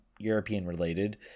European-related